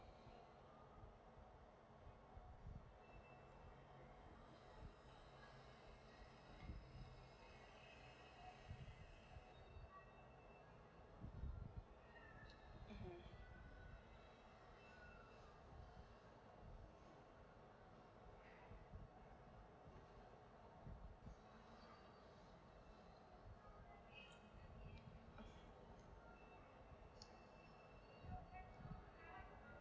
mmhmm